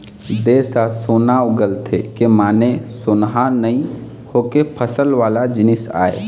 देस ह सोना उगलथे के माने सोनहा नइ होके फसल वाला जिनिस आय